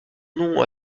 nom